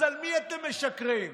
אז למי אתם משקרים?